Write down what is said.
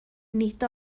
nid